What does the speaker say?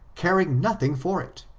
careing nothing for it.